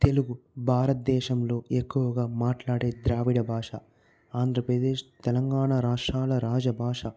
తెలుగు భారతదేశంలో ఎక్కువగా మాట్లాడే ద్రావిడ భాష ఆంధ్రప్రదేశ్ తెలంగాణ రాష్ట్రాల రాజభాష